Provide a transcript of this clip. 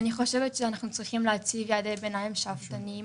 אנחנו צריכים להציג יעדי ביניים שאפתניים